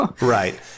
Right